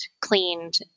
cleaned